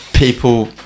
people